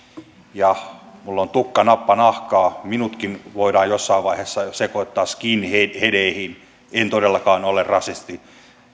ja kun minulla on tukka nappanahkaa minutkin voidaan jossain vaiheessa sekoittaa skinheadeihin en todellakaan ole rasisti